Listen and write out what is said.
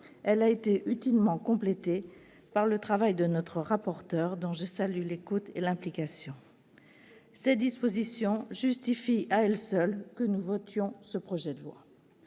Elle a été utilement complétée par le travail de notre rapporteur, dont je salue l'écoute et l'implication. Ces dispositions justifient à elles seules que nous votions ce projet de loi.